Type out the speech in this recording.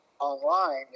online